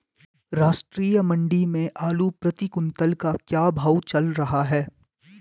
राष्ट्रीय मंडी में आलू प्रति कुन्तल का क्या भाव चल रहा है?